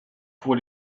pour